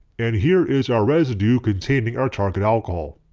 and here is our residue containing our target alcohol.